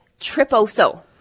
Triposo